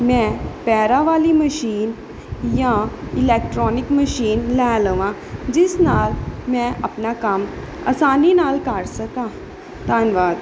ਮੈਂ ਪੈਰਾਂ ਵਾਲੀ ਮਸ਼ੀਨ ਜਾਂ ਇਲੈਕਟ੍ਰੋਨਿਕ ਮਸ਼ੀਨ ਲੈ ਲਵਾਂ ਜਿਸ ਨਾਲ ਮੈਂ ਆਪਣਾ ਕੰਮ ਆਸਾਨੀ ਨਾਲ ਕਰ ਸਕਾਂ ਧੰਨਵਾਦ